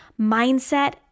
Mindset